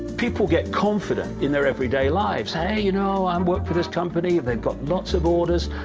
people get confident in their everyday lives. hey, you know, i um work for this company, they got lots of orders,